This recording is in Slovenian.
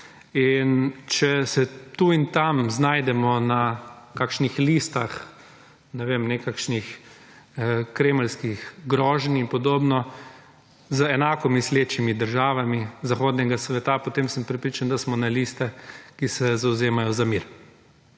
in če se tu in tam znajdemo na kakšnih listah, nekakšnih kremeljskih groženj in podobno, z enako mislečimi državami zahodnega sveta, potem sem prepričan, da smo na listah, ki se zavzemajo za mir.